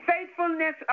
Faithfulness